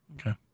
Okay